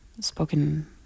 spoken